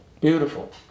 Beautiful